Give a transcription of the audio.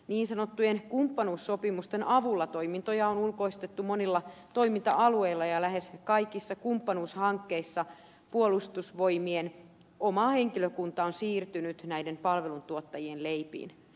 niin sanottujen kumppanuussopimusten avulla toimintoja on ulkoistettu monilla toiminta alueilla ja lähes kaikissa kumppanuushankkeissa puolustusvoimien oma henkilökunta on siirtynyt näiden palveluntuottajien leipiin